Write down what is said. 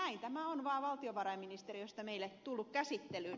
näin tämä on vaan valtiovarainministeriöstä meille tullut käsittelyyn